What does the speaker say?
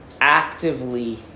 actively